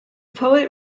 poet